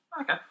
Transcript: Okay